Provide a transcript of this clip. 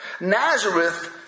Nazareth